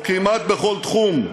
או כמעט בכל תחום,